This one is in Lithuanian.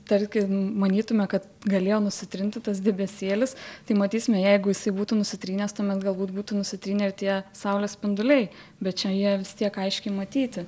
tarkim manytume kad galėjo nusitrinti tas debesėlis tai matysime jeigu jisai būtų nusitrynęs tuomet galbūt būtų nusitrynę ir tie saulės spinduliai bet čia jie vis tiek aiškiai matyti